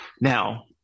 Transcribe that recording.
Now